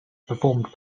performed